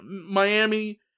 miami